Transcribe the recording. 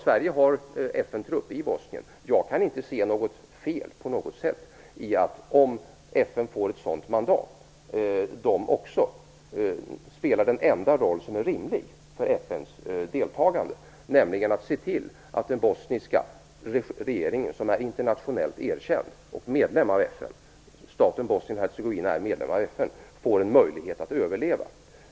Sverige har FN-trupp i Bosnien, och jag kan inte se något som helst fel i att, om FN får ett sådant mandat, också denna får spela den enda roll som är rimlig för FN:s deltagande, nämligen att se till att den bosniska regeringen, som är internationellt erkänd och som verkar i en stat, Bosnien-Hercegovina, som är medlem av FN, får en möjlighet att överleva.